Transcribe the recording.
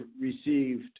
received